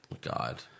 God